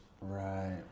Right